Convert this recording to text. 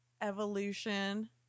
evolution